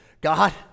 God